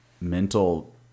mental